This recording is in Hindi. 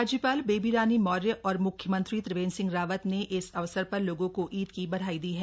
राज्यपाल बेबी रानी मौर्य और मुख्यमंत्री त्रिवेंद्र सिंह रावत ने इस अवसर पर लोगों को ईद की बधाई दी है